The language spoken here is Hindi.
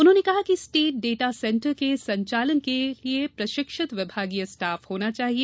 उन्होंने कहा कि स्टेट डाटा सेंटर के संचालन के लिये प्रशिक्षित विभागीय स्टाफ होना चाहिए